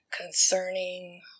concerning